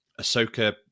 Ahsoka